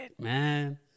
man